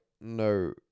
no